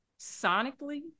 sonically